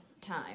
time